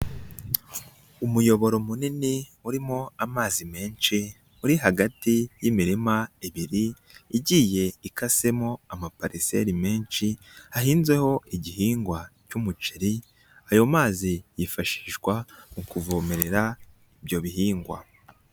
Umuyoboro munini urimo amazi menshi. Uri hagati y'imirima ibiri, igiye ikasemo ama pariseri menshi ahinzeho igihingwa cy'umuceri. Ayo mazi yifashishwa mu kuvomerera ibyo bihingwa.